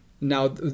Now